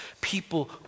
People